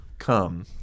come